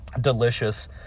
Delicious